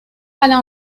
alain